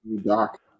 Doc